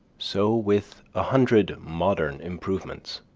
so with a hundred modern improvements